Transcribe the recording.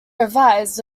revised